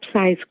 size